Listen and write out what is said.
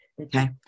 Okay